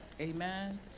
Amen